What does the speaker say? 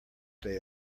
day